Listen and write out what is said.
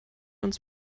uns